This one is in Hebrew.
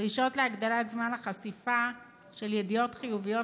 דרישות להגדלת זמן החשיפה של ידיעות חיוביות